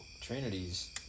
Trinity's